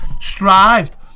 strived